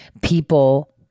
people